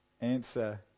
Answer